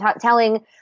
telling